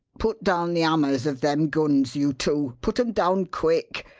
put down the hammers of them guns, you two put em down quick!